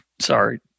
Sorry